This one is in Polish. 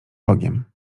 rogiem